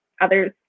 others